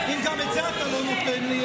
אם גם את זה אתה לא נותן לי,